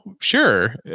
Sure